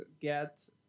get